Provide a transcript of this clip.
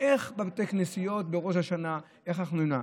ואיך בתי כנסיות בראש השנה, איך אנחנו ננהג.